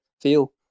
feel